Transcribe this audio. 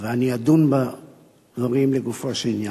ואני לא מנחש אלא דן כל דבר לגופו של עניין,